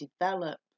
develop